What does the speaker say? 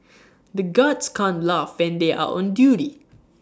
the guards can't laugh when they are on duty